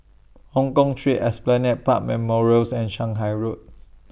Hongkong Street Esplanade Park Memorials and Shanghai Road